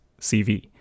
CV